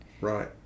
Right